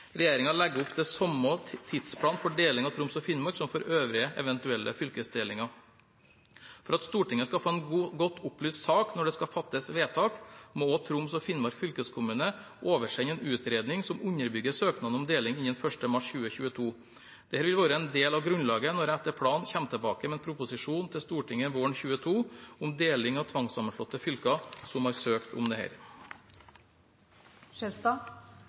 legger opp til samme tidsplan for deling av Troms og Finnmark som for øvrige eventuelle fylkesdelinger. For at Stortinget skal få en godt opplyst sak når det skal fattes vedtak, må også Troms og Finnmark fylkeskommune oversende en utredning som underbygger søknaden om deling innen 1. mars 2022. Dette vil være en del av grunnlaget når jeg etter planen kommer tilbake med en proposisjon til Stortinget våren 2022 om deling av tvangssammenslåtte fylker som har søkt om